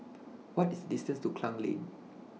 What IS distance to Klang Lane